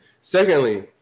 Secondly